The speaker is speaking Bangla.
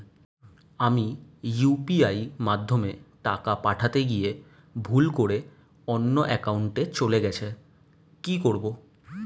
আমি ইউ.পি.আই মাধ্যমে টাকা পাঠাতে গিয়ে ভুল করে অন্য একাউন্টে চলে গেছে কি করব?